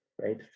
right